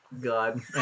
God